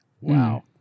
Wow